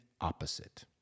opposite